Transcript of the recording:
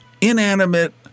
inanimate